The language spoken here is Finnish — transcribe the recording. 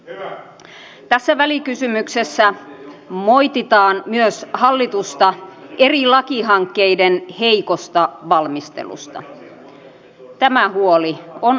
ei voi olla oikein että laskut kotouttamisesta ja kotouttamisen jälkeen lankeavat lopulta kuntalaisten maksettaviksi